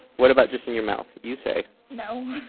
what about just in your mouth you say. no.